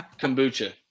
Kombucha